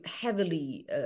heavily